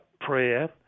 prayer